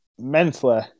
mentally